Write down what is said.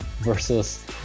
Versus